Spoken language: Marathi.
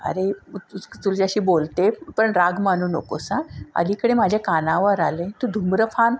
अरे तु तुझ्याशी बोलते पण राग मनू नकोस हा अलीकडे माझ्या कानावर आले तू धूम्रपान